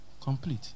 Complete